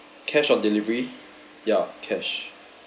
cash on delivery ya cash